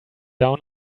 down